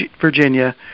Virginia